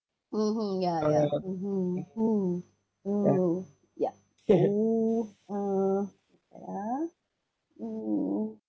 mmhmm ya ya mmhmm hmm mm ya oh uh wait ah mm